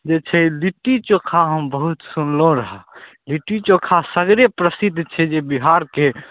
जे छै लिट्टी चोखा हम बहुत सुनलौँ रहै लिट्टी चोखा सगरे प्रसिद्ध छै जे बिहारके